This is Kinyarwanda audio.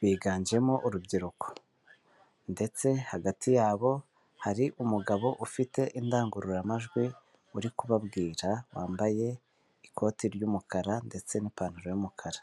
biganjemo urubyiruko ndetse hagati yabo hari umugabo ufite indangururamajwi, uri kubabwira wambaye ikoti ry'umukara ndetse n'ipantaro y'umukara.